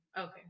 okay